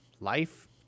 life